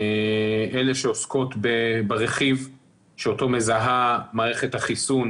אלה שעוסקות ברכיב שאותו מזהה מערכת החיסון